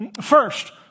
First